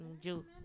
juice